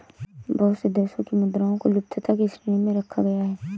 बहुत से देशों की मुद्राओं को लुप्तता की श्रेणी में रखा गया है